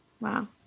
wow